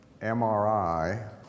MRI